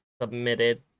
submitted